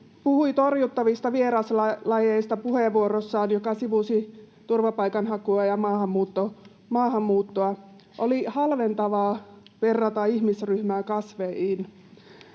puhui torjuttavista vieraslajeista puheenvuorossaan, joka sivusi turvapaikanhakua ja maahanmuuttoa. Oli halventavaa verrata ihmisryhmää kasveihin.